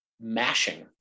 mashing